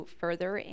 further